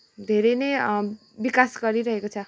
धेरै नै बिकास गरीरहेको छ